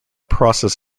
process